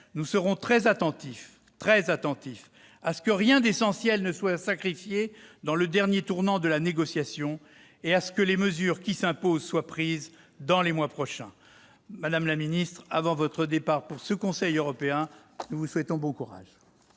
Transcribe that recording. nous serons très attentifs à ce que rien d'essentiel ne soit sacrifié dans le dernier tournant de la négociation et à ce que les mesures qui s'imposent soient prises dans les mois prochains. Madame la ministre, avant votre départ pour ce Conseil européen, nous vous souhaitons bon courage.